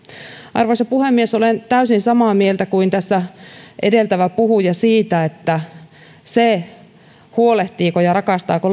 arvoisa puhemies olen täysin samaa mieltä kuin edeltävä puhuja siitä että se huolehtiiko ja rakastaako